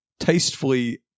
tastefully